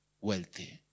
wealthy